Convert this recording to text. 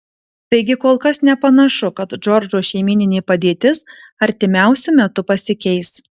taigi kol kas nepanašu kad džordžo šeimyninė padėtis artimiausiu metu pasikeis